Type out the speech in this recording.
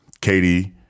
Katie